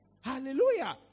Hallelujah